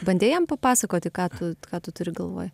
bandei jam papasakoti ką tu ką tu turi galvoj